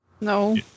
No